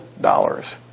dollars